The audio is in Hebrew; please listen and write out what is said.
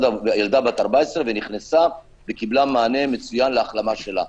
ילדה בת 14, ונכנסה וקיבלה מענה להחלמה שלה.